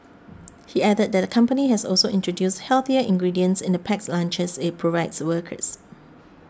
he added that the company has also introduced healthier ingredients in the packed lunches it provides workers